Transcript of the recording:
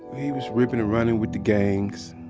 he was ripping and running with the gangs.